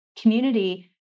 community